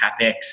CapEx